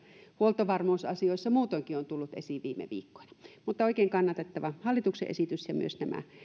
huoltovarmuusasioissa muutoinkin on tullut esiin viime viikkoina mutta tämä on oikein kannatettava hallituksen esitys ja myös nämä